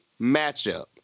matchup